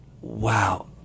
wow